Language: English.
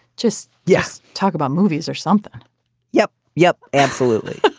just yes talk about movies or something yep yep absolutely.